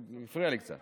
הוא הפריע לי קצת.